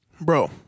Bro